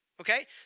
okay